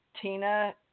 Tina